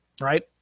right